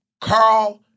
Carl